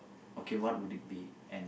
okay what would it be and